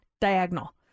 diagonal